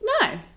No